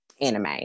anime